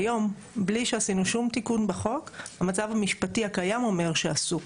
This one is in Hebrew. היום בלי שעשינו שום תיקון בחוק המצב המשפטי הקיים אומר שאסור,